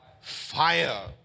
fire